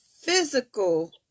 physical